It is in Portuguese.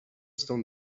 estão